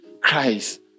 Christ